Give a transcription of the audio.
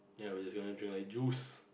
ya we're just gonna drink like juice